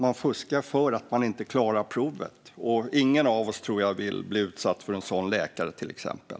Man fuskar för att man inte klarar provet. Och jag tror inte att någon av oss vill bli utsatt för en sådan läkare, till exempel.